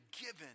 given